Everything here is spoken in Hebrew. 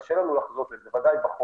שקשה לנו לחזות את זה, ודאי בחורף,